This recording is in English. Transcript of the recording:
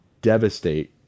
devastate